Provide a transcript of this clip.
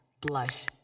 Blush